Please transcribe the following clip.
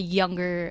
younger